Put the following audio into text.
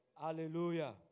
Hallelujah